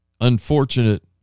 unfortunate